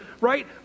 right